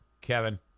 Kevin